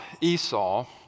Esau